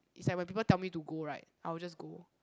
it's like when people tell me to go right I will just go